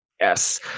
Yes